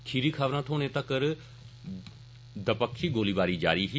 खीरी खबरां थ्होने तगर दबक्खी गोलीबारी जारी ही